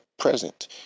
present